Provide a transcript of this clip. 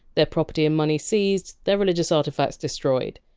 their property and money seized, their religious artefacts destroyed.